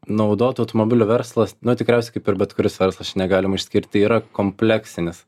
naudotų automobilių verslas nu tikriausiai kaip ir bet kuris verslas čia negalim išskirti yra kompleksinis